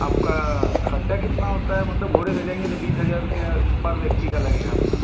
आपका खर्च कितना होता है मतलब घोड़े से जाएँगे तो बीस हज़ार रुपया पर व्यक्ति का लगेगा आपका